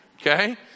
Okay